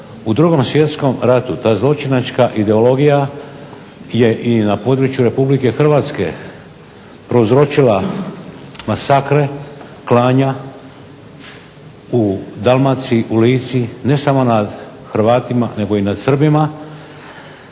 u Drugom svjetskom ratu ta zločinačka ideologija je i na području Republike Hrvatske prouzročila masakre, klanja u Dalmaciji, u Lici, ne samo nad Hrvatima nego i nad Srbima.